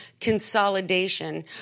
consolidation